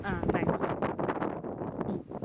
ஆ தேங்க்ஸ்ங்க ம்